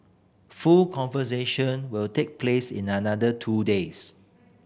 full conversion will take place in another two days